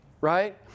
Right